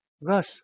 Thus